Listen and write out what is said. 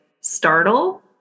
startle